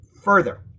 further